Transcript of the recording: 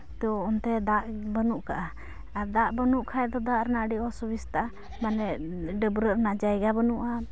ᱛᱚ ᱚᱱᱛᱮ ᱫᱟᱜ ᱵᱟᱹᱱᱩᱜ ᱠᱟᱫᱼᱟ ᱟᱨ ᱫᱟᱜ ᱵᱟᱹᱱᱜ ᱠᱷᱟᱡ ᱫᱚ ᱫᱟᱜ ᱨᱮᱱᱟᱜ ᱟᱹᱰᱤ ᱚᱥᱩᱵᱤᱛᱟ ᱢᱟᱱᱮ ᱰᱟᱹᱵᱨᱟᱹᱜ ᱨᱮᱱᱟᱜ ᱡᱟᱭᱜᱟ ᱵᱟᱹᱱᱩᱜᱼᱟ